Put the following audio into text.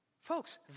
Folks